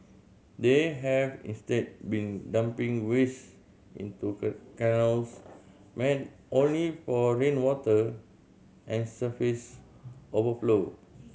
they have instead been dumping waste into canals meant only for rainwater and surface overflow